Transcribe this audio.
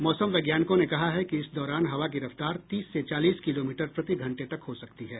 मौसम वैज्ञानिकों ने कहा है कि इस दौरान हवा की रफ्तार तीस से चालीस किलोमीटर प्रति घंटे तक हो सकती है